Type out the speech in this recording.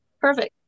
Perfect